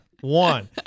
One